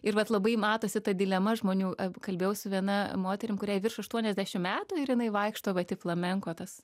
ir vat labai matosi ta dilema žmonių kalbėjau su viena moterim kuriai virš aštuoniasdešim metų ir jinai vaikšto vat į flamenko tas